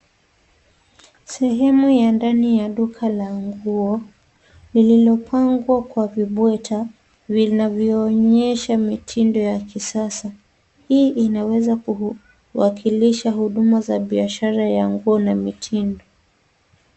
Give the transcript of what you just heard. Sehemu ya ndani ya duka la nguo lililopangwa kwa vibweta vinavyoonesha mitindo ya kisasa. Hii inaweza kuwakilisha huduma za biashara ya nguo na mitindo.